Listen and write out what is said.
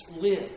live